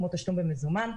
כמו תשלום במזומן.